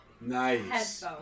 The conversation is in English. Nice